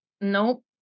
Nope